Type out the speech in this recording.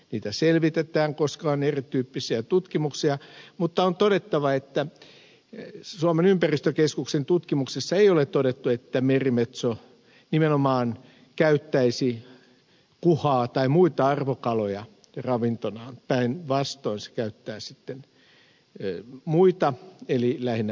niitä selvitetään koska on erityyppisiä tutkimuksia mutta on todettava että suomen ympäristökeskuksen tutkimuksissa ei ole todettu että merimetso nimenomaan käyttäisi kuhaa tai muita arvokaloja ravintonaan päinvastoin se käyttää muita eli lähinnä särkikaloja